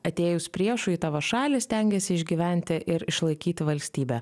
atėjus priešui į tavo šalį stengiasi išgyventi ir išlaikyt valstybę